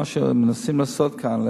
מה מנסים לעשות כאן,